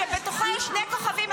שבתוכו יש שני כוכבים,